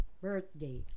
birthday